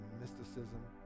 mysticism